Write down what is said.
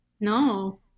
No